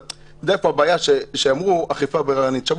אבל אתה יודע איפה הבעיה,